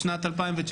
בשנת 2019,